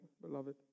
beloved